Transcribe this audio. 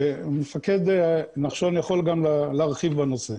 מפקד נחשון יכול גם להרחיב בנושא.